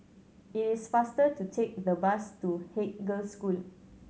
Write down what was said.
it is faster to take the bus to Haig Girls' School